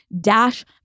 Dash